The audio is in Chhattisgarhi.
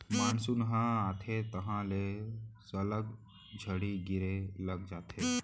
मानसून ह आथे तहॉं ले सल्लग झड़ी गिरे लग जाथे